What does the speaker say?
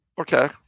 Okay